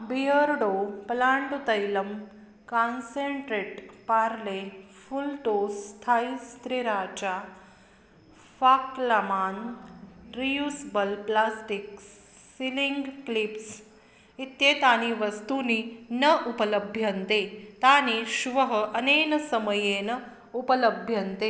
Beardo पलाण्डु तैलम् concentrate Parle full toss Thai's sriracha Fackelmann reusable plastics sealing clips इत्येतानि वस्तूनि न उपलभ्यन्ते तानि श्वः अनेन समयेन उपलभ्यन्ते